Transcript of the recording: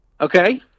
Okay